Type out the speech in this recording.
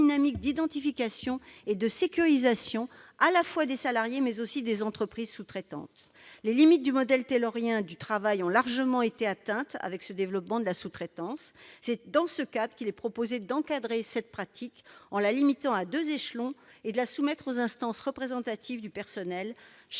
d'identification et de sécurisation, à la fois des salariés, mais également des entreprises sous-traitantes. Les limites du modèle taylorien du travail ont largement été atteintes avec ce développement de la sous-traitance. Aussi, il est proposé d'encadrer cette pratique en la limitant à deux échelons et de la soumettre aux instances représentatives du personnel,